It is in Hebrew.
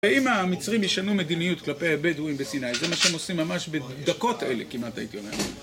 ואם המצרים ישנו מדיניות כלפי הבדואים בסיני, זה מה שהם עושים ממש בדקות אלה כמעט הייתי אומר.